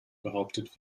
behauptet